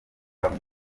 avuka